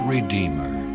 Redeemer